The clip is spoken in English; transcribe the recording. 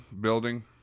building